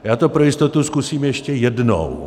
Já to pro jistotu zkusím ještě jednou.